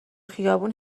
خیابون